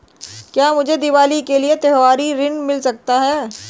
क्या मुझे दीवाली के लिए त्यौहारी ऋण मिल सकता है?